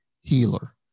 healer